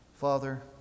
Father